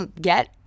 get